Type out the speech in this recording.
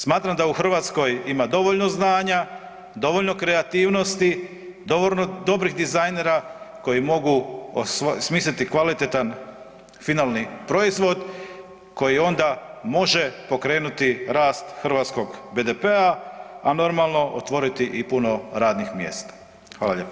Smatram da u Hrvatskoj ima dovoljno znanja, dovoljno kreativnosti, dovoljno dobrih dizajnera koji mogu osmisliti kvalitetan finalni proizvod koji onda može pokrenuti rast hrvatskog BDP-a, a normalno otvoriti i puno radnih mjesta.